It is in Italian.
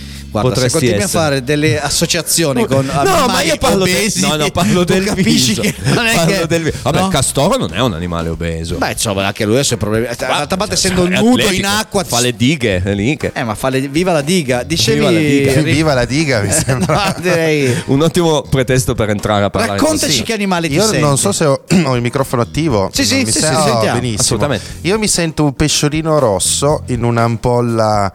Guarda, se Potresti continui a essere. fare delle associazioni con No, no, ma animali io parlo del- obesi, no, no, parlo tu del capisci viso. che non è Parlo che- del vi- vabbè, no? Castoro non è un animale obeso. Beh, insomma, anche lui ha i suoi problemi. Ma- D'altra parte, cioè, essendo è nudo in atletico, acqua- fa le dighe, è lì che- Eh, ma fa le- viva la diga. Viva la Dicevi- diga. Viva la diga, mi Eh, sembra. no, direi- Un ottimo pretesto per entrare a parlare con Raccontaci Sisa. che animali ti Io non so senti. se ho- ho il microfono attivo, Sì, non sì, mi sì, sì, sento sentiamo. benissimo. Assolutamente. Io mi sento un pesciolino rosso in un'ampolla